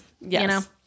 Yes